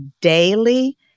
daily